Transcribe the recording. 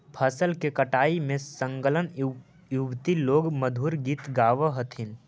फसल के कटाई में संलग्न युवति लोग मधुर गीत गावऽ हथिन